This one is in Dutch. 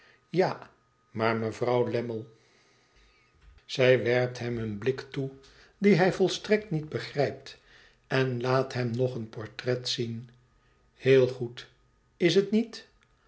ja maar mevrouw lammie zij werpt hem een blik toe dien hij volstrekt niet begrijpt en laat hem negeen portret zien heel goed is het niet